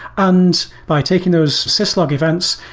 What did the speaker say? and by taking those sys log events,